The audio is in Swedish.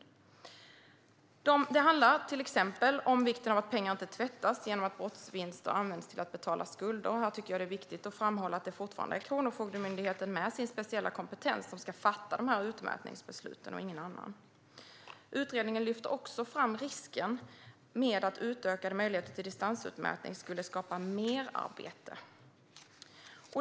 Det handlar till exempel om vikten av att pengar inte tvättas genom att brottsvinster används till att betala skulder. Här tycker jag att det är viktigt att framhålla att det fortfarande är Kronofogdemyndigheten med sin speciella kompetens som ska fatta de här utmätningsbesluten och ingen annan. Utredningen lyfter också fram risken med att utökade möjligheter till distansutmätning skulle skapa merarbete.